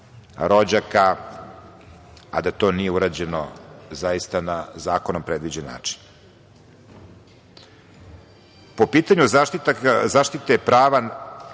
rođaka, a da to nije urađeno na zakonom predviđen način. Po pitanju zaštite prava